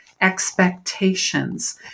expectations